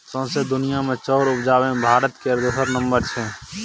सौंसे दुनिया मे चाउर उपजाबे मे भारत केर दोसर नम्बर छै